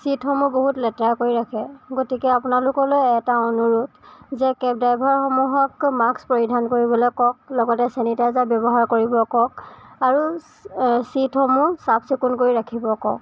চিটসমূহ বহুত লেতেৰা কৰি ৰাখে গতিকে আপোনালোকলৈ এটা অনুৰোধ যে কেব ড্ৰাইভাৰসমূহক মাস্ক পৰিধান কৰিবলৈ কওক লগতে চেনিটাইজাৰ ব্য়ৱহাৰ কৰিবলৈ কওক আৰু চিটসমূহ চাফ চিকুণ কৰি ৰাখিবলৈ কওক